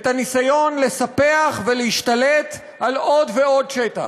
את הניסיון לספח ולהשתלט על עוד ועוד שטח.